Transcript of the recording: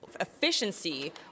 Efficiency